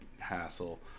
hassle